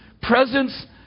presence